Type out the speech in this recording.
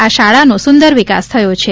આ શાળાને સુંદર વિકાસ થયો છે